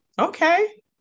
Okay